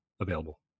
available